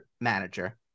manager